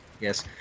Yes